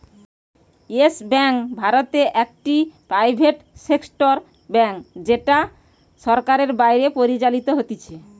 yes Bank ভারতে একটি private sector bank যেটা সরকারের বাইরে পরিচালিত হতিছে